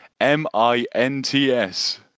M-I-N-T-S